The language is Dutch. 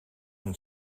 een